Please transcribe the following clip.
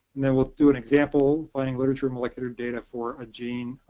and then we'll do an example finding literature in molecular data for a gene,